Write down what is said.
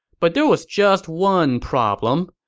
but there was just one problem.